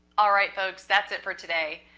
all right, folks, that's it for today.